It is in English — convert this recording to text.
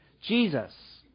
Jesus